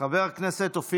חבר הכנסת אוחנה,